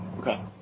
Okay